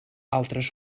altres